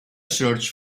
search